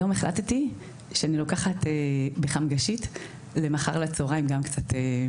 היום החלטתי שאני לוקחת בחמגשית למחר לצוהריים גם קצת,